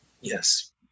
Yes